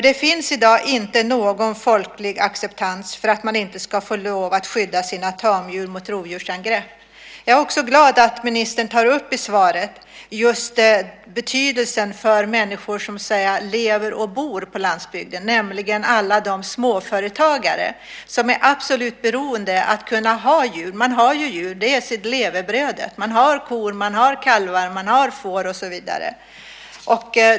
Det finns i dag inte någon folklig acceptans för att man inte ska få lov att skydda sina tamdjur mot rovdjursangrepp. Jag är också glad att ministern i svaret tar upp just betydelsen för människor som lever och bor på landsbygden, alla de småföretagare som är absolut beroende av att kunna ha djur. Man har ju djur som levebröd. Man har kor, man har kalvar, man har får och så vidare.